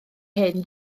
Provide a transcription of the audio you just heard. hen